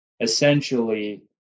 essentially